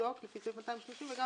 לבדוק לפי סעיף 230, וגם